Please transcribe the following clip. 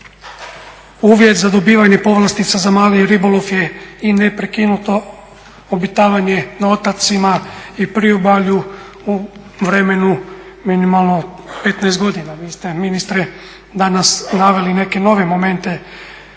uvjet za dobivanje povlastica za mali ribolov je i neprekinuto obitavanje na otocima i priobalju u vremenu minimalno 15 godina. Vi ste ministre danas naveli neke nove momente